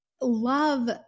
Love